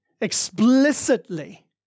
explicitly